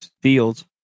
Fields